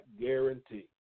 guarantee